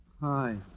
Hi